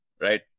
right